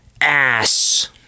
ass